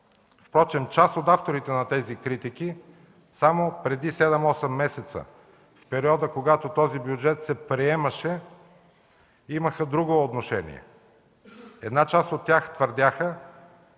Впрочем част от авторите на тези критики само преди седем-осем месеца – в периода, когато този бюджет се приемаше, имаха друго отношение. Една част от тях тогава